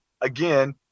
again